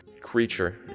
creature